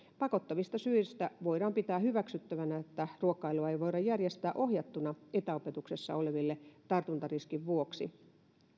pakottavista syistä voidaan pitää hyväksyttävänä että ruokailua ei voida järjestää ohjattuna etäopetuksessa oleville tartuntariskin vuoksi